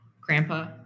grandpa